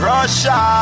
Russia